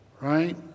right